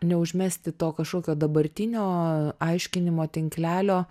neužmesti to kažkokio dabartinio aiškinimo tinklelio